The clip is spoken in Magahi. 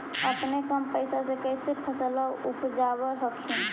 अपने कम पैसा से कैसे फसलबा उपजाब हखिन?